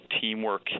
teamwork